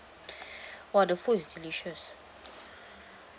!wah! the food is delicious